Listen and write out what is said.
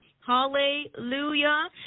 hallelujah